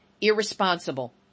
irresponsible